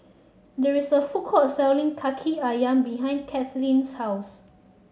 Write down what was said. there is a food court selling Kaki ayam behind Kathleen's house